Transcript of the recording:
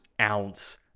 ounce